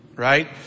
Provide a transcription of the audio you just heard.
Right